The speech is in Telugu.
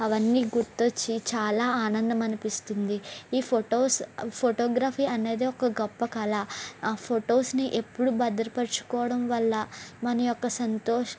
అవన్నీ గుర్తొచ్చి చాలా ఆనందం అనిపిస్తుంది ఈ ఫొటోస్ ఫోటోగ్రఫీ అనేది ఒక గొప్ప కళ ఆ ఫొటోస్ని ఎప్పుడు భద్రపరుచుకోవడం వల్ల మన యొక్క సంతోష